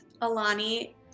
Alani